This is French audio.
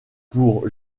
pour